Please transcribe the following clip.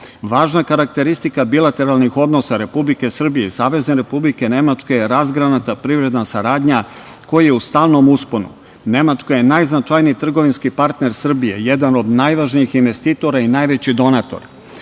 karakteristika bilateralnih odnosa Republike Srbije i Savezne Republike Nemačke je razgranata privredna saradnja koja je u stalnom usponu. Nemačka je najznačajniji trgovinski partner Srbije, jedan od najvažnijih investitora i najveći donator.